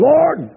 Lord